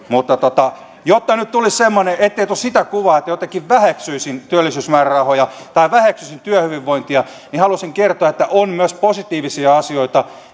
mutta ettei nyt tulisi sitä kuvaa että jotenkin väheksyisin työllisyysmäärärahoja tai väheksyisin työhyvinvointia niin haluaisin kertoa että on myös positiivisia asioita